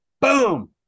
Boom